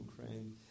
Ukraine